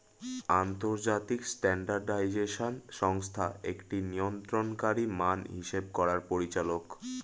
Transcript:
আন্তর্জাতিক স্ট্যান্ডার্ডাইজেশন সংস্থা একটি নিয়ন্ত্রণকারী মান হিসেব করার পরিচালক